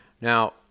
Now